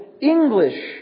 English